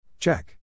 Check